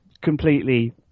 completely